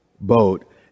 boat